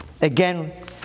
Again